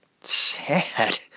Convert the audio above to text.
sad